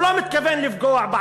הוא מתכוון לפגוע,